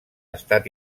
estat